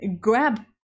grab